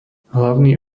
hlavný